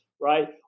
right